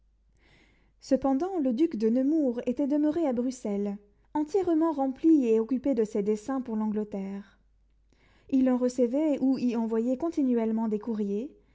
cependant le duc de nemours était demeuré à bruxelles entièrement rempli et occupé de ses desseins pour l'angleterre il en recevait ou y envoyait continuellement des courriers